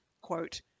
quote